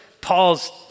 Paul's